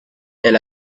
elle